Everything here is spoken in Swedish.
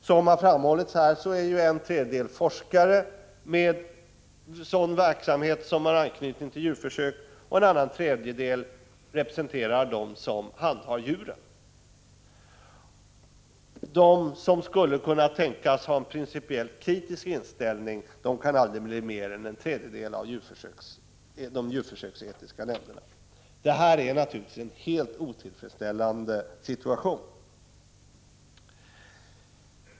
Som har framhållits här är en tredjedel forskare med verksamhet som har anknytning till djurförsöken. En annan tredjedel representerar dem som handhar djuren. De som skulle kunna tänkas ha en principiellt kritisk inställning kan aldrig bli mer än en tredjedel av ledamöterna i de djurförsöksetiska nämnderna. Det här är naturligtvis en helt otillfredsställande situation.